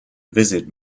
visit